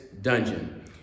dungeon